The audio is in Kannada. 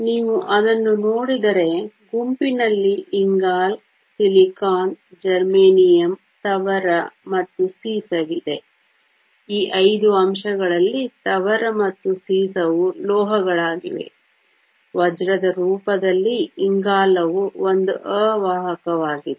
ನೀವು ಅದನ್ನು ನೋಡಿದರೆ ಗುಂಪಿನಲ್ಲಿ ಇಂಗಾಲ ಸಿಲಿಕಾನ್ ಜೆರ್ಮೇನಿಯಮ್ ತವರ ಮತ್ತು ಸೀಸವಿದೆ ಈ ಐದು ಅಂಶಗಳಲ್ಲಿ ತವರ ಮತ್ತು ಸೀಸವು ಲೋಹಗಳಾಗಿವೆ ವಜ್ರದ ರೂಪದಲ್ಲಿ ಇಂಗಾಲವು ಒಂದು ಅವಾಹಕವಾಗಿದೆ